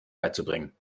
beizubringen